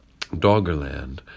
Doggerland